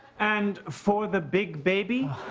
and for the big baby?